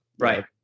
right